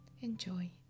enjoy